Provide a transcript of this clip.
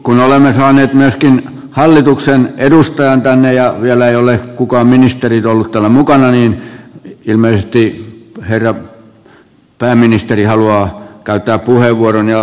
kun olemme saaneet myöskin hallituksen edustajan tänne ja vielä ei ole kukaan ministeri ollut täällä mukana niin ilmeisesti herra pääministeri haluaa käyttää puheenvuoron ja varmaan täältä ministeriaitiosta